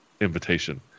invitation